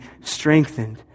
strengthened